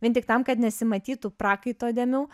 vien tik tam kad nesimatytų prakaito dėmių